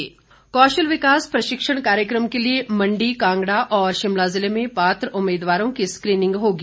कौशल विकास कौशल विकास प्रशिक्षण कार्यक्रम के लिए मण्डी कांगड़ा और शिमला जिले में पात्र उम्मीदवारों की स्कीनिंग होगी